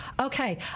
okay